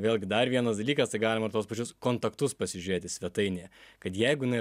vėlgi dar vienas dalykas tai galima ir tuos pačius kontaktus pasižiūrėti svetainėje kad jeigu jinai